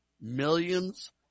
millions